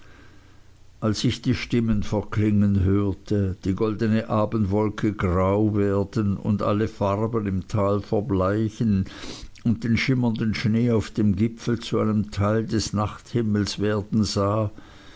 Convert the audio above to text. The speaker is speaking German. als ich die stimmen verklingen hörte die goldne abendwolke grau werden und alle farben im tal verbleichen und den schimmernden schnee auf dem gipfel zu einem teil des nachthimmels werden sah